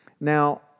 Now